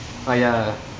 !aiya!